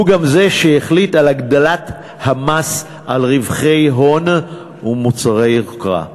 הוא גם זה שהחליט על הגדלת המס על רווחי הון ומוצרי יוקרה.